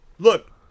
Look